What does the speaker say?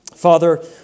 Father